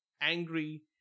angry